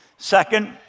Second